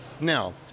Now